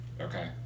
Okay